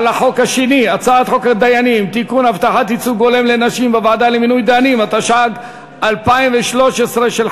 מעמד האישה, אדוני היושב-ראש, לא משנה.